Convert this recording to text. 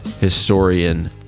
historian